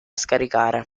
scaricare